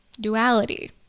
duality